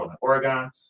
Oregon